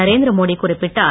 நரேந்திர மோடி குறிப்பிட்டார்